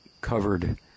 covered